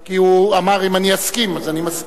כי הוא אמר: אם אני אסכים, אז אני מסכים.